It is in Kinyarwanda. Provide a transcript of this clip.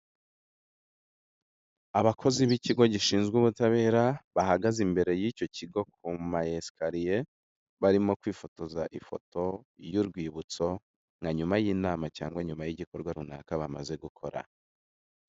Abakozi b'ikigo gishinzwe ubutabera bahagaze imbere y'icyo kigo ku mayesikariye, barimo kwifotoza ifoto y'urwibutso na nyuma y'inama cyangwa nyuma y'igikorwa runaka bamaze gukora.